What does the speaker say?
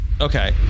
Okay